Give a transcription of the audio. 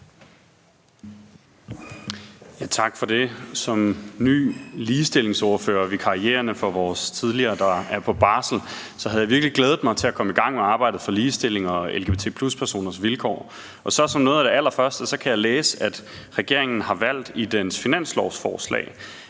Tak for det. Som ny ligestillingsordfører og vikar for vores tidligere, der er på barsel, havde jeg virkelig glædet mig til at komme i gang med arbejdet for ligestilling og lgbt+-personers vilkår. Som noget af det allerførste kan jeg læse, at regeringen i dens finanslovsforslag